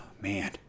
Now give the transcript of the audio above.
Man